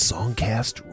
Songcast